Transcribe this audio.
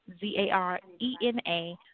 Z-A-R-E-N-A